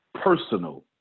personal